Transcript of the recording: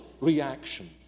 reaction